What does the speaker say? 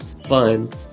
fun